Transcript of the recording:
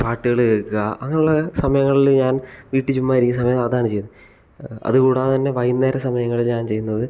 പാട്ടുകൾ കേൾക്കുക അങ്ങനെയുള്ള സമയങ്ങളിൽ ഞാൻ വീട്ടിൽ ചുമ്മാ ഇരിക്കുന്ന സമയങ്ങളിൽ ഞാൻ അതാണ് ചെയ്യുന്നത് അതുകൂടാതെ തന്നെ വൈകുന്നേരം സമയങ്ങളിൽ ഞാൻ ചെയ്യുന്നത്